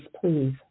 please